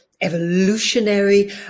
evolutionary